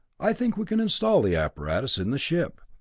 i think we can install the apparatus in the ship.